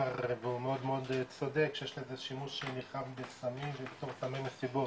והוא מאוד צודק שיש בזה נרחב בסמים בתור סמי מסיבות,